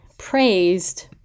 Praised